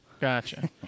Gotcha